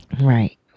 Right